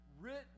written